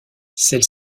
celle